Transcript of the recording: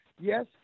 yes